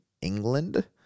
England